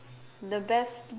the best